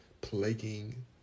plaguing